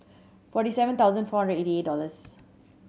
forty seven thousand four eighty eight dollars